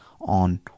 on